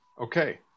okay